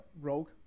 rogue